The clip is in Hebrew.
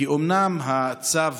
כי אומנם צו